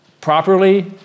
properly